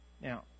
Now